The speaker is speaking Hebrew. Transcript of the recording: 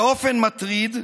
באופן מטריד,